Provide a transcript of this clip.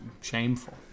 shameful